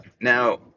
Now